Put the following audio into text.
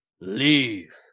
Leave